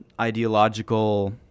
ideological